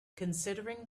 considering